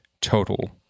total